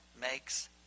makes